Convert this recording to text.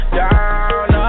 down